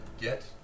get